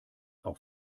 auch